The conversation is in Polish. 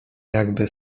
jakby